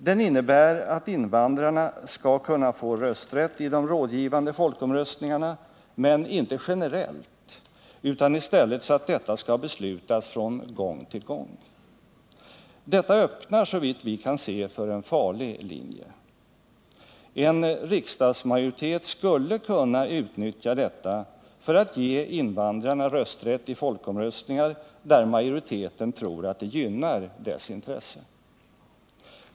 Den innebär att invandrarna skall kunna få rösträtt i de rådgivande folkomröstningarna, men inte generellt utan i stället så att detta skall beslutas från gång till gång. Detta öppnar såvitt vi kan se för en farlig linje. En riksdagsmajoritet skulle kunna utnyttja detta för att ge invandrarna rösträtt i folkomröstningar, där majoriteten tror att det gynnar dess intresse.